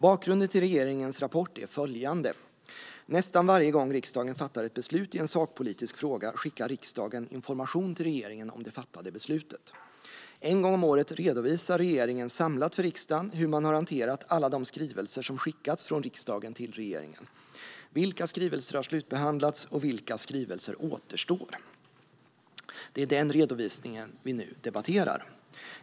Bakgrunden till regeringens rapport är följande. Nästan varje gång riksdagen fattar ett beslut i en sakpolitisk fråga skickar riksdagen information till regeringen om det fattade beslutet. En gång om året redovisar regeringen samlat för riksdagen hur man har hanterat alla de skrivelser som skickats från riksdagen till regeringen. Vilka skrivelser har slutbehandlats och vilka skrivelser återstår? Det är den redovisningen vi nu debatterar.